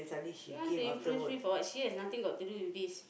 she want to influence me for what she has nothing got to do with this